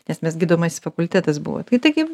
nes mes gydomasis fakultetas buvo tai taigi